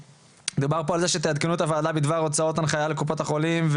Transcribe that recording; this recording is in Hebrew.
דובר פה על זה שתעדכנו את הוועדה בדבר הוצאת הנחייה לקופות החולים,